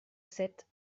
sept